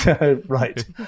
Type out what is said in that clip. Right